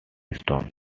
stone